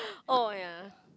oh ya